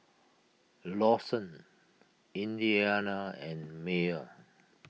Lawson Indiana and Myer